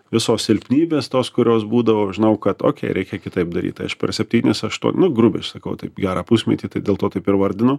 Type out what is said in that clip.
visos silpnybės tos kurios būdavo žinojau kad okia reikiai kitaip daryti aš per septynis aštuo nu grubiai sakau taip gerą pusmetį tai dėl to taip ir vardinu